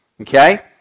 okay